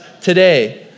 today